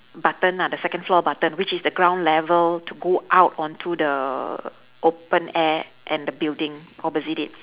button lah the second floor button which is the ground level to go out on to the open air and the building opposite it